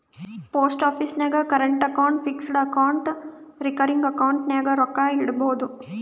post office ನಾಗ್ current account, fixed account, recurring account ನಾಗ್ ರೊಕ್ಕಾ ಇಡ್ಬೋದ್